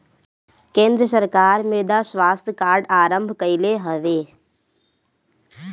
केंद्र सरकार मृदा स्वास्थ्य कार्ड आरंभ कईले हवे